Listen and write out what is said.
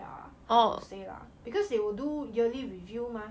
ya hard to say lah because they will do yearly review mah